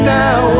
now